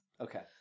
Okay